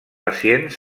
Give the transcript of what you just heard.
pacients